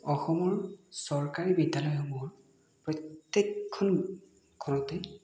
অসমৰ চৰকাৰী বিদ্যালয়সমূহত প্ৰত্যেকখন খনতে